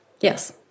Yes